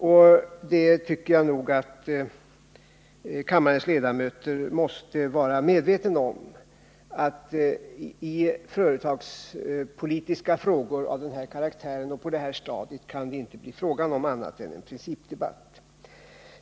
Jag tycker nog att kammarens ledamöter måste vara medvetna om att i företagspolitiska frågor av den här karaktären och på det här stadiet kan det inte bli fråga om annat än en principdebatt.